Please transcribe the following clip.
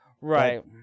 Right